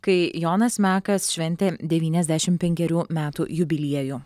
kai jonas mekas šventė devyniasdešim penkerių metų jubiliejų